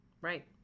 Right